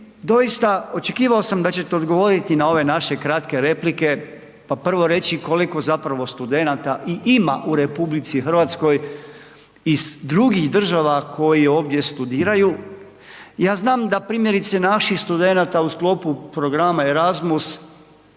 doista, očekivao sam da ćete odgovoriti na ove naše kratke replike pa prvo reći koliko zapravo studenata i ima u RH iz drugih država koji ovdje studiraju. Ja znam da primjerice, naših studenata u sklopu programa Erasmus